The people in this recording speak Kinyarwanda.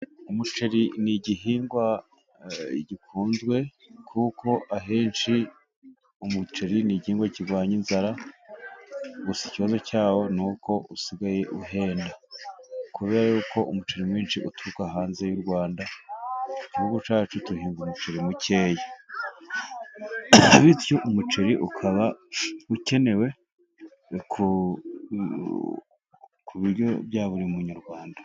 Umuceri ni igihingwa gikunzwe. Kuko ahenshi umuceri ni igihingwa kirwanya inzara, gusa ikibazo cyawo ni usigaye uhenda. Kubera ko umuceri mwinshi uturuka hanze y'u Rwanda. Igihihugu cyacu duhinga umuceri mukeya, bityo umuceri ukaba ukenewe ku biryo bya buri munyarwanda.